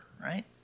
right